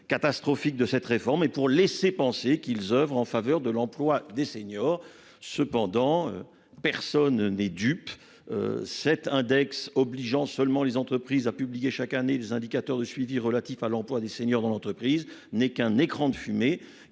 Catastrophiques de cette réforme et pour laisser penser qu'ils oeuvrent en faveur de l'emploi des seniors, cependant. Personne n'est dupe. Cet index obligeant seulement les entreprises à publier chaque année des indicateurs de suivi relatifs à l'emploi des seniors dans l'entreprise n'est qu'un écran de fumée